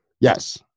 yes